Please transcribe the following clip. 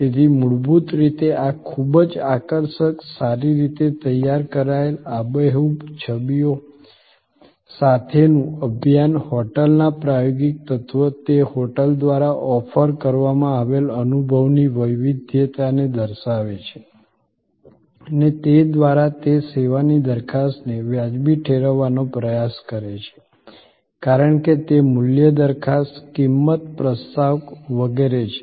તેથી મૂળભૂત રીતે આ ખૂબ જ આકર્ષક સારી રીતે તૈયાર કરાયેલ આબેહૂબ છબીઓ સાથેનું અભિયાન હોટલના પ્રાયોગિક તત્વ તે હોટેલ દ્વારા ઓફર કરવામાં આવેલ અનુભવની વૈવિધ્યતાને દર્શાવે છે અને તે દ્વારા તે સેવાની દરખાસ્તને વાજબી ઠેરવવાનો પ્રયાસ કરે છે કારણ કે તે મૂલ્ય દરખાસ્ત કિંમત પ્રસ્તાવ વગેરે છે